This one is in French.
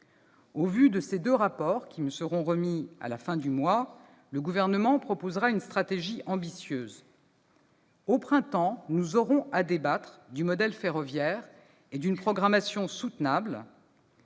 Au vu de ces deux rapports qui seront rendus à la fin du mois, le Gouvernement proposera une stratégie ambitieuse. Au printemps, nous aurons à débattre du modèle ferroviaire et d'une programmation soutenable.